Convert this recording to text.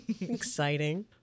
Exciting